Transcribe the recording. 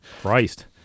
Christ